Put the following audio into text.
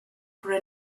for